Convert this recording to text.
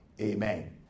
Amen